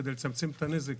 כדי לצמצם את הנזק